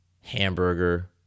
hamburger